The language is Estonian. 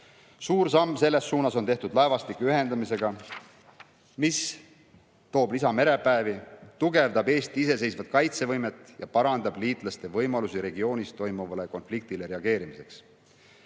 Suur samm selles suunas on tehtud laevastiku ühendamisega. See toob lisamerepäevi, tugevdab Eesti iseseisvat kaitsevõimet ja parandab liitlaste võimalusi regioonis toimuvale konfliktile reageerida.